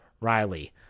Riley